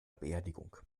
beerdigung